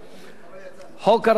התשע"ב 2012,